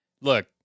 Look